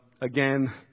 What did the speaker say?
Again